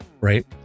Right